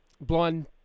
blind